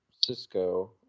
Cisco